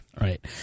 Right